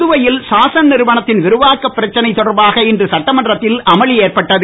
புதுவையில் சாசன் நிறுவனத்தின் விரிவாக்கப் பிரச்சனை தொடர்பாக இன்று சட்டமன்றத்தில் அமளி ஏற்பட்டது